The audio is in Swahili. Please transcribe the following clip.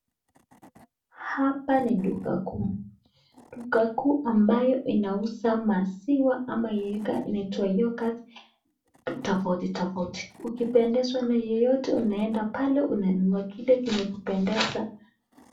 Hapa ni duka kuu duka kuu ambaye inauza maziwa ya yenye inaitwa yokat tofauti tofauti ukipendezwa na yoyote unaenda pale kununua Kili ambacho kunakupendeza.